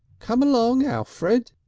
come along, alfred,